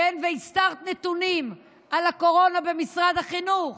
כן, והסתרת נתונים על הקורונה במשרד החינוך